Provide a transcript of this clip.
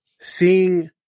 seeing